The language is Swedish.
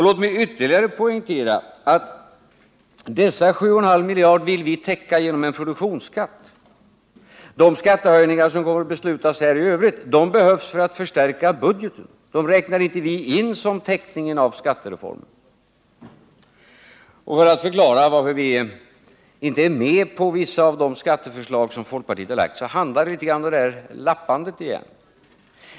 Låt mig ytterligare poängtera att vi vill täcka dessa 7,5 miljarder genom en produktionsskatt. De skattehöjningar som kommer att beslutas här i övrigt behövs för att förstärka budgeten, och dem räknar vi inte in som täckning för skattereformen. För att förklara varför vi inte är med på vissa av de skatteförslag som folkpartiet har lagt fram vill jag säga att det handlar om det här ”lappandet” igen.